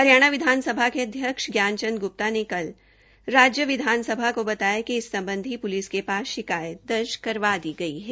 हरियाणा विधानसभा अध्यक्ष ज्ञान चंद ग्प्ता ने कल राज्य विधानसभा को बताया कि इस सम्बधी प्लिस में शिकायत दर्ज करवा दी गई है